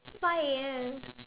five A_M